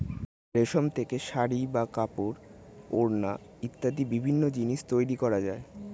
রেশম থেকে শাড়ী বা কাপড়, ওড়না ইত্যাদি বিভিন্ন জিনিস তৈরি করা যায়